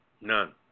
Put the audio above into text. None